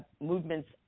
movements